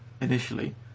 initially